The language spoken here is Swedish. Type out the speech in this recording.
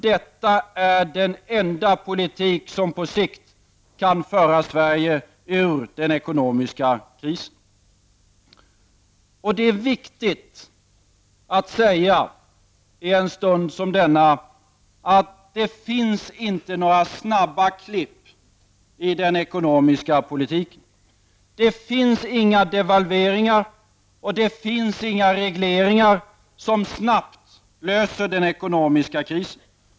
Detta är den enda politik som på sikt kan föra Sverige ur den ekonomiska krisen. Det är viktigt att säga, i en stund som denna, att det inte finns några snabba klipp i den ekonomiska politiken. Inga devalveringar och inga regleringar kan snabbt lösa den ekonomiska krisen.